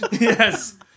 Yes